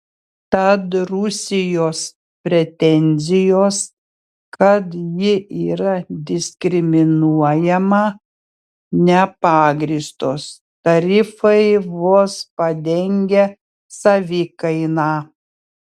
tad rusijos pretenzijos kad ji yra diskriminuojama nepagrįstos tarifai vos padengia savikainą